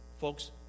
Folks